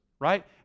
right